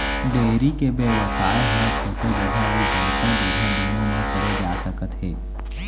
dairy के बेवसाय ह छोटे जघा अउ बड़का जघा दुनों म करे जा सकत हे